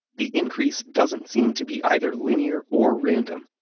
the increase doesn't seem to be either linear or random.